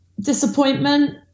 disappointment